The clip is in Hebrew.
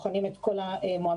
בוחנים את כל המועמדים.